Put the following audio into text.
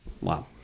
Wow